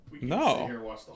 No